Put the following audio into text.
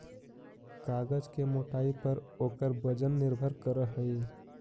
कागज के मोटाई पर ओकर वजन निर्भर करऽ हई